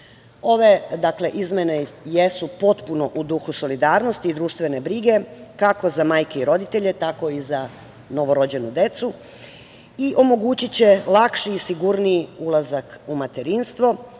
izmene jesu potpuno u duhu solidarnosti i društvene brige kako za majke i roditelje, tako i za novorođenu decu i omogućiće lakši i sigurniji ulazak u materinstvo